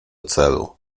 celu